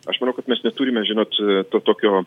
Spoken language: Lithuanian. aš manau kad mes neturime žinot to tokio